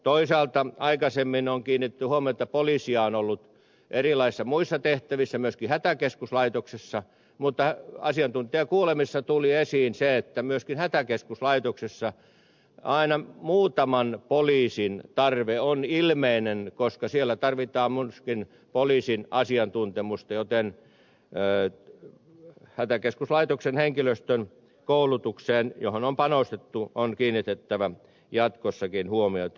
toisaalta aikaisemmin on kiinnitetty huomiota että poliiseja on ollut erilaisissa muissa tehtävissä myöskin hätäkeskuslaitoksessa mutta asiantuntijakuulemisessa tuli esiin se että myöskin hätäkeskuslaitoksessa aina muutaman poliisin tarve on ilmeinen koska siellä tarvitaan myöskin poliisin asiantuntemusta joten hätäkeskuslaitoksen henkilöstön koulutukseen johon on panostettu on kiinnitettävä jatkossakin huomiota